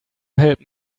help